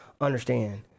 Understand